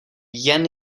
jen